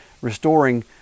restoring